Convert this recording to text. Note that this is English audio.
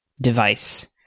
device